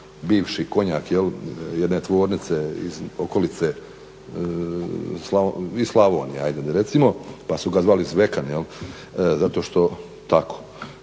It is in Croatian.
bivši konjak jedne tvornice iz okolice, iz Slavonije hajde recimo pa su ga zvali zvekan zato što tako